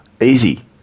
Easy